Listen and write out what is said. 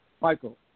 Michael